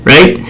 Right